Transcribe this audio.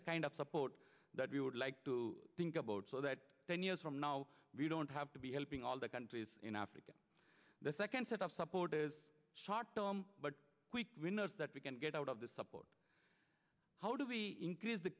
the kind of support that we would like to think about so that ten years from now we don't have to be helping all the countries in africa the second set of supporters shot them but we win those that we can get out of the support how do we increase the